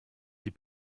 die